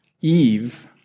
Eve